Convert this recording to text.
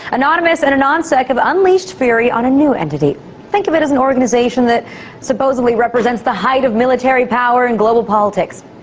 anonymous and anonsec have unleashed fury on a new entity think of it as an organisation that supposedly represents the height of military power and global politics.